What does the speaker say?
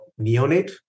neonate